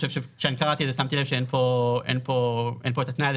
כשאני קראתי את זה שמתי לב שאין כאן את התנאי הזה